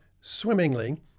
swimmingly